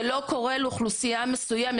זה לא קורה לאוכלוסייה מסוימת,